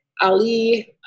Ali